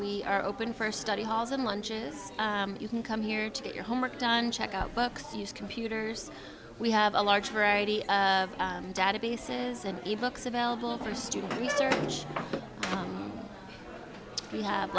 we are open for study halls and lunches you can come here to get your homework done check out books use computers we have a large variety of databases and e books available for student research we have